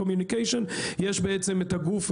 יש בעצם את הגוף,